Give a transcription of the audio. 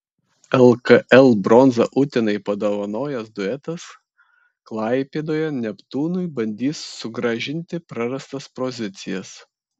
lkl bronzą utenai padovanojęs duetas klaipėdoje neptūnui bandys sugrąžinti prarastas pozicijas